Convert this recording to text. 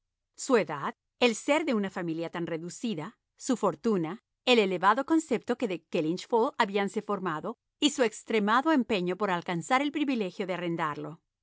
su edad el ser una familia tan reducida su fortuna el elevado concepto que de kellynch hall habíanse formado y su extremado empeño por alcanzar el privilegio de arrendarlo